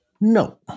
no